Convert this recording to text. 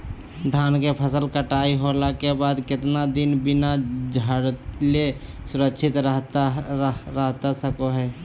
धान के फसल कटाई होला के बाद कितना दिन बिना झाड़ले सुरक्षित रहतई सको हय?